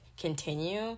continue